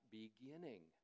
beginning